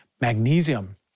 magnesium